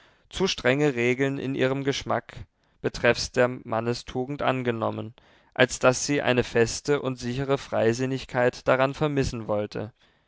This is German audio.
zu strenge regeln in ihrem geschmack betreffs der mannestugend angenommen als daß sie eine feste und sichere freisinnigkeit daran vermissen wollte